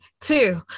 two